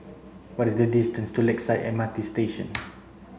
what is the distance to Lakeside M R T Station